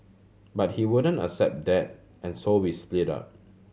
but he wouldn't accept that and so we split up